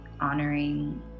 honoring